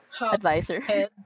advisor